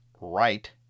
right